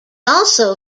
also